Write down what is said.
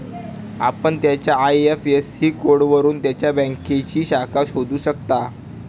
आपण त्याच्या आय.एफ.एस.सी कोडवरून त्याच्या बँकेची शाखा शोधू शकता